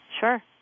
Sure